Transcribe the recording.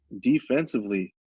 defensively